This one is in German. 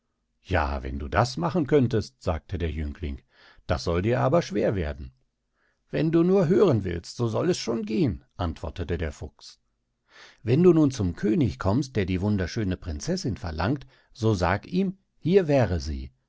ja wenn du das machen könntest sagte der jüngling das soll dir aber schwer werden wenn du nur hören willst soll es schon gehen antwortete der fuchs wenn du nun zum könig kommst der die wunderschöne prinzessin verlangt so sag ihm hier wäre sie